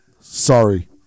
sorry